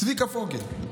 צביקה פוגל,